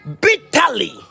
Bitterly